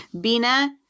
Bina